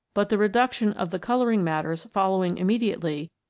but the reduction of the colouring matters following immediately,